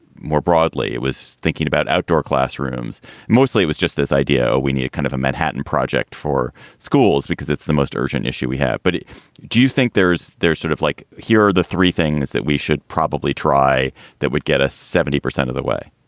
more broadly. it was thinking about outdoor classrooms mostly was just this idea. we need kind of a manhattan project for schools because it's the most urgent issue we have. but do you think there's there's sort of like here are the three things that we should probably try that would get a seventy percent of the way